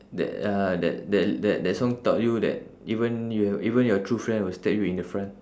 that uh that that that that song taught you that even you ha~ even your true friend will stab you in the front